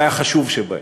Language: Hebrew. אולי החשוב שבהם".